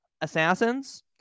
assassins